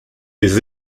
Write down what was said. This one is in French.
des